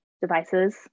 devices